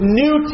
new